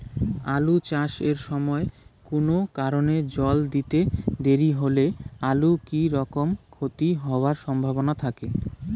আলু চাষ এর সময় কুনো কারণে জল দিতে দেরি হইলে আলুর কি রকম ক্ষতি হবার সম্ভবনা থাকে?